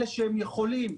אלה שיכולים,